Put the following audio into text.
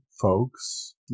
folks